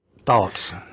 thoughts